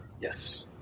Yes